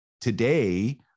today